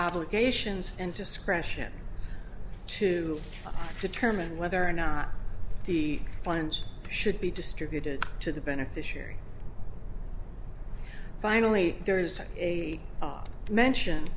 obligations and discretion to determine whether or not the funds should be distributed to the beneficiary finally there is a mention